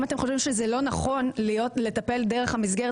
אם אתם חושבים שזה לא נכון לטפל דרך המסגרת